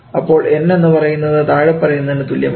അപ്പോൾ n എന്ന് പറയുന്നത് താഴെ പറയുന്നതിന് തുല്യമാണ്